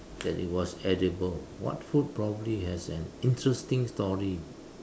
that it was edible what food probably has an interesting story